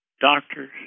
doctors